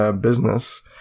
business